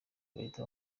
bahita